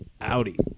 Audi